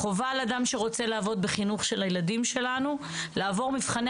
חובה על אדם שרוצה לעבוד בחינוך של הילדים שלנו לעבור מבחני